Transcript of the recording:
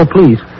Please